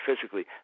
physically